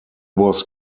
was